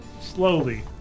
slowly